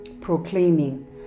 proclaiming